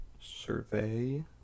survey